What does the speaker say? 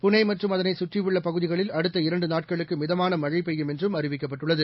பூனேமற்றும் அதனைச் சுற்றியுள்ளபகுதிகளில் அடுத்த இரண்டுநாட்களுக்குமிதமானமழைபெய்யும் என்றும் அறிவிக்கப்பட்டுள்ளது